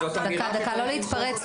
דקה, לא להתפרץ.